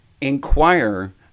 inquire